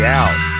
out